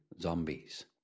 zombies